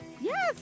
Yes, (